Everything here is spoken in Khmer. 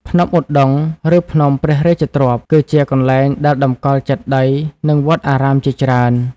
ភ្នំឧដុង្គ ឬ ភ្នំព្រះរាជទ្រព្យ គឺជាកន្លែងដែលតម្កល់ចេតិយនិងវត្តអារាមជាច្រើន។